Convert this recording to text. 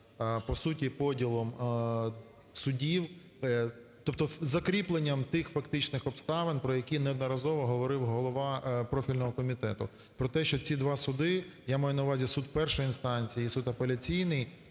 по суті, поділом судів. Тобто з закріпленням тих фактичних обставин, про які неодноразово говорив голова профільного комітету, про те, що ці два суди, я маю на увазі, суд першої інстанції і суд апеляційний,